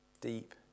deep